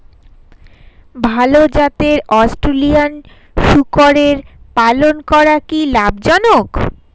ভাল জাতের অস্ট্রেলিয়ান শূকরের পালন করা কী লাভ জনক?